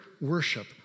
worship